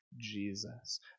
Jesus